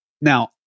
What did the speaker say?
Now